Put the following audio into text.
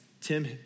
Tim